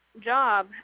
job